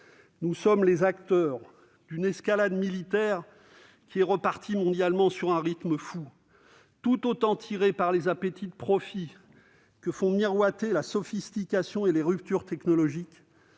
Nous sommes les acteurs d'une escalade militaire mondiale qui est repartie à un rythme fou, tout autant tirée par les appétits de profits que font miroiter la sophistication et les ruptures technologiques